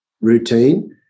routine